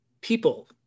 people